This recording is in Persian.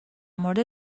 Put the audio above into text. مورد